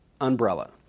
umbrella